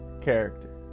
character